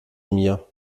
mir